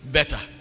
Better